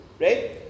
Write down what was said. right